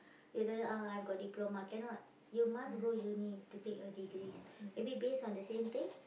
you just ah I got diploma cannot you must go uni to take your degrees maybe based on the same thing